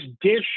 dish